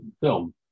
film